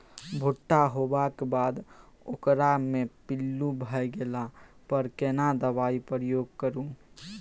भूट्टा होबाक बाद ओकरा मे पील्लू भ गेला पर केना दबाई प्रयोग करू?